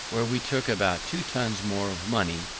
where we took about two tons more of money,